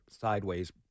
Sideways